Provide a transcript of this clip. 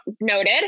Noted